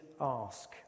ask